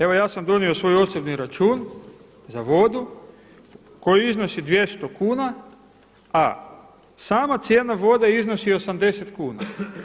Evo ja sam donio svoj osobni račun za vodu koji iznosi 200 kuna a sama cijena vode iznosi 80 kuna.